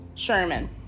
Sherman